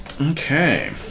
Okay